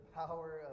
power